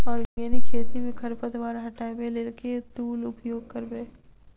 Organic खेती मे खरपतवार हटाबै लेल केँ टूल उपयोग करबै?